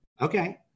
okay